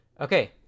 Okay